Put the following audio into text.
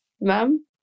Mum